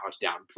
down